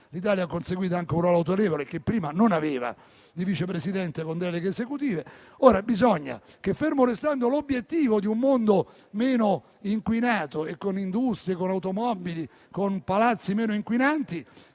L'Italia ha peraltro conseguito un ruolo autorevole che prima non aveva, con un Vice Presidente con deleghe esecutive. Ora, fermo restando l'obiettivo di un mondo meno inquinato e con industrie, automobili e palazzi meno inquinanti,